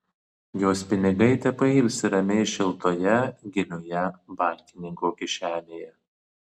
jos pinigai tepailsi ramiai šiltoje gilioje bankininko kišenėje